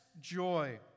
joy